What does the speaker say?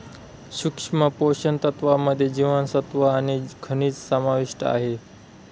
सूक्ष्म पोषण तत्त्वांमध्ये जीवनसत्व आणि खनिजं समाविष्ट आहे